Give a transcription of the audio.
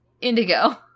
indigo